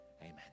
Amen